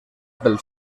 pel